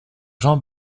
jean